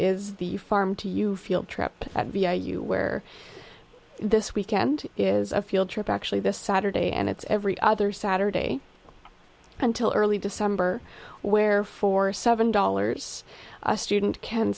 is the farm to you field trip at v a you wear this weekend is a field trip actually this saturday and it's every other saturday until early december where for seven dollars a student can